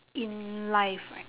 in life right